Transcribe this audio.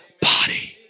body